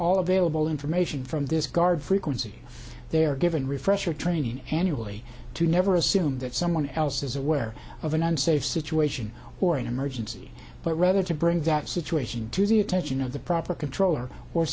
all available information from this guard frequency they are given refresher training annually to never assume that someone else is aware of an unsafe situation or an emergency but rather to bring that situation to the attention of the proper controller or